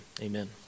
amen